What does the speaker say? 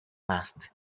mast